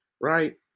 Right